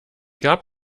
gab